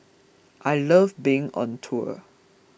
I love being on tour